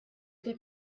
fil